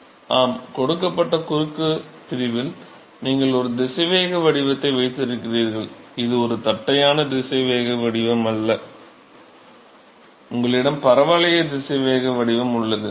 மாணவர் ஆம் கொடுக்கப்பட்ட குறுக்கு பிரிவில் நீங்கள் ஒரு திசைவேக வடிவத்தை வைத்திருக்கிறீர்கள் இது ஒரு தட்டையான திசைவேக வடிவம் அல்ல உங்களிடம் பரவளைய திசைவேக வடிவம் உள்ளது